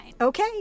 Okay